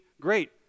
Great